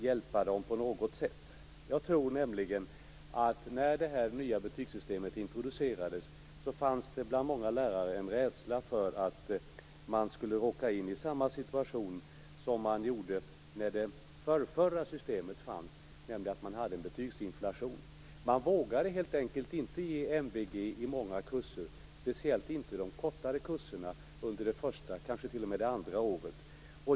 Jag tror nämligen att när det nya betygsystemet introducerades fanns det bland många lärare en rädsla för att man skulle råka in i samma situation som när det förrförra systemet fanns, en betygsinflation. Man vågade helt enkelt inte ge MVG i många kurser, speciellt inte i de kortare kurserna under det första, kanske t.o.m. det andra, året.